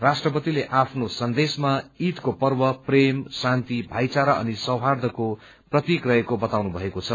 राष्ट्रपतिले आफ्नो सन्देशमा ईदको पर्व प्रेम शान्ति भाईचारा अनि सौहार्दको प्रतिक रहेको बताउनु भएको छ